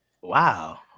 Wow